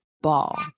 ball